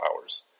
hours